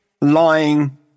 lying